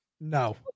No